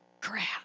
crap